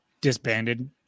disbanded